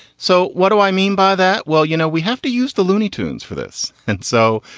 so what do i mean by that? well, you know, we have to use the looney tunes for this. and so,